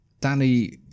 Danny